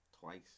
twice